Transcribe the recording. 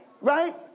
Right